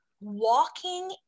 walking